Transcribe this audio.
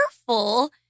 careful